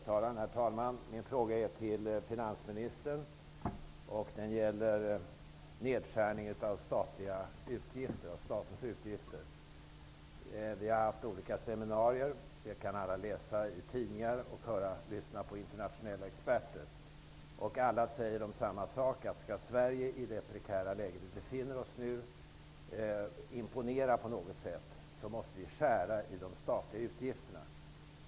Herr talman! Min fråga är till finansministern och gäller nedskärningar av statens utgifter. Vi har haft olika seminarier. Alla kan läsa i tidningar och lyssna på internationella experter. De säger alla samma sak: Om Sverige, i det prekära läge vi nu befinner oss i, skall på något sätt imponera, måste vi skära i de statliga utgifterna.